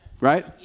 Right